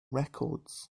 records